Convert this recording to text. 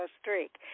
streak